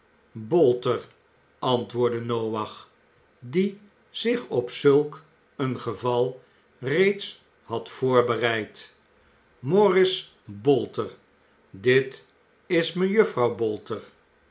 bolter antwoordde noach die zich op zulk een geval reeds had voorbereid mooris bolter dit is mejuffrouw bolter